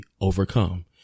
overcome